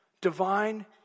Divine